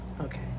okay